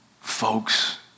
Folks